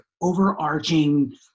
overarching